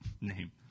name